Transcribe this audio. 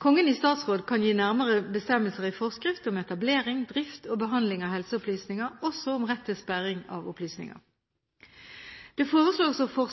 Kongen i statsråd kan gi nærmere bestemmelser i forskrift om etablering, drift og behandling av helseopplysninger, også om rett til sperring av opplysninger. Det foreslås å